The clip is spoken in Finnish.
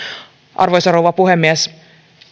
arvoisa rouva puhemies